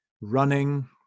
running